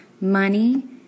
money